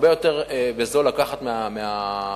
הרבה יותר זול לקחת מהבנקים,